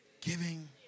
giving